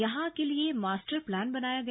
यहां के लिए मास्टर प्लान बनाया गया